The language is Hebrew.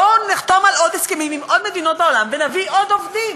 בואו נחתום על עוד הסכמים עם עוד מדינות בעולם ונביא עוד עובדים.